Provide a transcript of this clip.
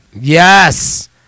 Yes